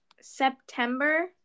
September